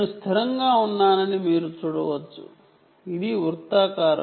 కాబట్టి స్థిరంగా ఉందని మీరు చూడవచ్చు ఇది సర్కులర్